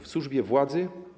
W służbie władzy.